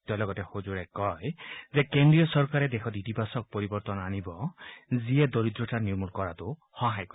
তেওঁ লগতে সজোৰে কয় যে কেন্দ্ৰীয় চৰকাৰে দেশত ইতিবাচক পৰিৱৰ্তন আনিব আৰু দৰিদ্ৰতা নিৰ্মূল কৰাত সহায় কৰিব